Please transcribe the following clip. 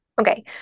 Okay